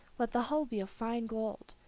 let the hull be of fine gold,